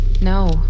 No